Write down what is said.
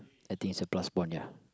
I think it's a plus point ya